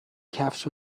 کفش